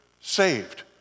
saved